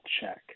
check